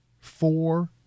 four